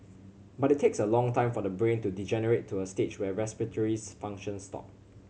but it takes a long time for the brain to degenerate to a stage where respiratory functions stop